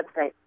website